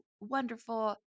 wonderful